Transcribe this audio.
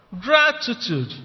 gratitude